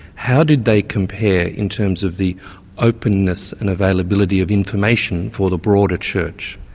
how did they compare in terms of the openness and availability of information for the broader church?